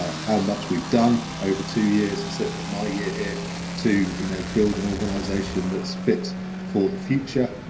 ah how much we've done over two yrs and certainly in my year here to you know build an organisation that's fit for the future,